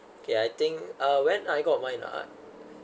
okay I think uh when I got mine lah